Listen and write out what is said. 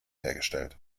hergestellt